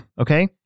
Okay